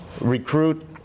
recruit